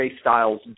Styles